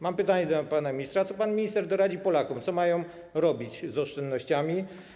Mam pytanie do pana ministra: Co pan minister doradzi Polakom w sprawie tego, co mają robić z oszczędnościami?